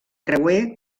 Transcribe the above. creuer